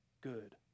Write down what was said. good